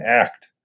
act